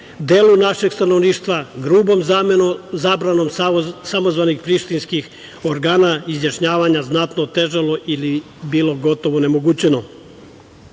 delu našeg stanovništva grubom zabranom samozvanih prištinskih organa izjašnjavanje znatno otežalo ili bilo gotovo onemogućeno.U